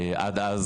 עד אז,